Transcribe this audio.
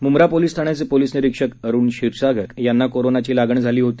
Mumbra police ठाण्याये police निरीक्षक अरुण क्षीरसागर यांना कोरोनायी लागण झाली होती